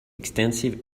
extensive